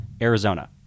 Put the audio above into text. Arizona